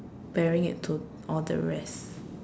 ~paring it to all the rest